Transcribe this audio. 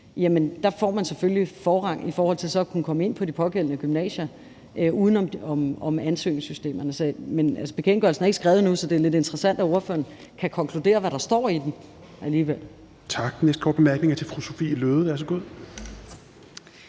i landet, selvfølgelig får forrang i forhold til så at kunne komme ind på de pågældende gymnasier uden om ansøgningssystemet. Men altså, bekendtgørelsen er ikke skrevet endnu, så det er lidt interessant, at ordføreren kan konkludere, hvad der står i den, alligevel. Kl. 10:46 Fjerde næstformand